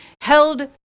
held